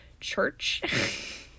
church